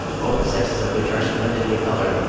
both sexes of which are splendidly coloured?